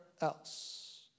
else